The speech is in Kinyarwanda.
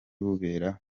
bubera